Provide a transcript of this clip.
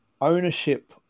ownership